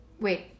wait